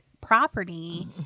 property